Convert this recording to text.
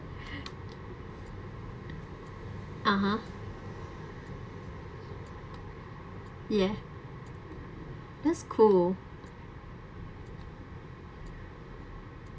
(uh huh) yeah that's cool